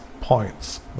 points